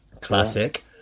Classic